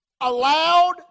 allowed